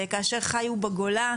כאשר חיו בגולה,